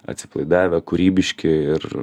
atsipalaidavę kūrybiški ir